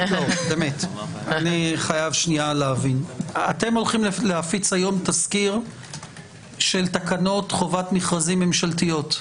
אתם הולכים להפיץ היום תזכיר של תקנות חובת מכרזים ממשלתיות.